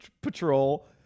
Patrol